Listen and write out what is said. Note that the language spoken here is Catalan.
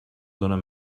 donen